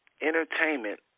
entertainment